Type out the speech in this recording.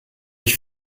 ich